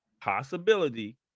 possibility